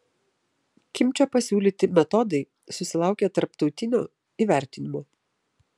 kimčio pasiūlyti metodai susilaukė tarptautinio įvertinimo